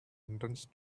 entrance